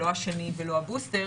לא השני ולא הבוסטר,